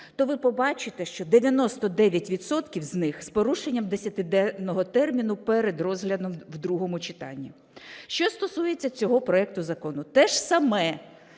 то ви побачите, що 99 відсотків з них з порушенням 10-денного терміну перед розглядом в другому читанні. Що стосується цього проекту закону. Те ж саме,